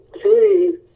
Three